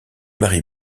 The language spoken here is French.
marie